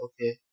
okay